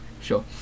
Sure